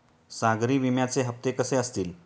सागरी विम्याचे हप्ते कसे असतील?